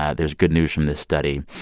ah there's good news from this study.